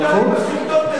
שנתיים בשלטון.